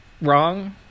wrong